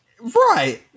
Right